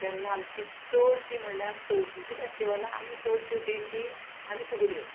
तेन्ना आमची चडशी म्हळ्यार चवथीची फेस्टिवलां आमी चडशी दिंडी आनी फुगड्यो